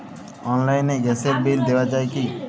অনলাইনে গ্যাসের বিল দেওয়া যায় কি?